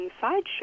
sideshow